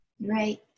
Right